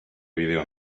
vídeo